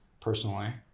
personally